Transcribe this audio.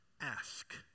ask